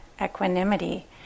equanimity